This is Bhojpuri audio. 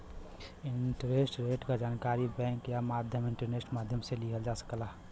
इंटरेस्ट रेट क जानकारी बैंक या इंटरनेट माध्यम से लिहल जा सकला